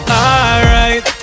alright